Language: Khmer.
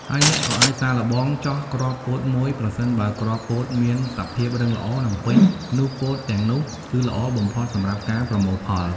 ហើយអ្នកក៏អាចសាកល្បងចោះគ្រាប់ពោតមួយ ប្រសិនបើគ្រាប់ពោតមានសភាព រឹងល្អ និងពេញ នោះពោតទាំងនោះគឺល្អបំផុតសម្រាប់ការប្រមូលផល។